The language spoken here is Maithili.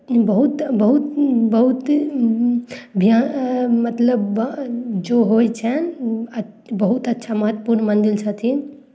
बहुत बहुत बहुत भिया मतलब जो होइ छनि अ बहुत अच्छा महत्वपूर्ण मन्दिर छथिन